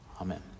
Amen